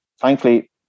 thankfully